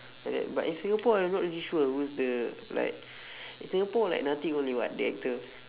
like that but if singapore I'm not really sure who's the like in singapore like nothing only [what] the actor